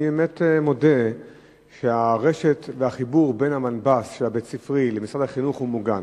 אני באמת מודה שהרשת והחיבור בין המנב"ס הבית-ספרי למשרד החינוך מוגן,